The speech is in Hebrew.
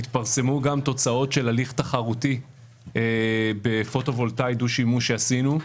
התפרסמו גם תוצאות של הליך תחרותי בפוטו-וולטאי דו-שימוש שעשינו,